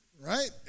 Right